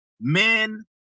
Men